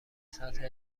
سطح